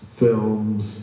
films